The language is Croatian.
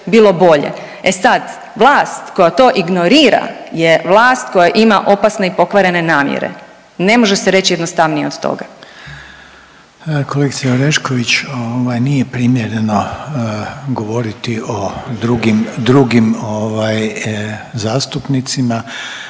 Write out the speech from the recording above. E sad, vlast koja to ignorira je vlast koja ima opasne i pokvarene namjere. Ne može se reći jednostavnije od toga. **Reiner, Željko (HDZ)** Kolegice Orešković, ovaj, nije primjereno govoriti o drugim, drugim